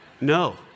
no